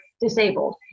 disabled